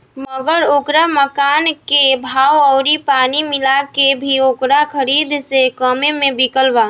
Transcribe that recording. मगर ओकरा मकान के भाव अउरी पानी मिला के भी ओकरा खरीद से कम्मे मे बिकल बा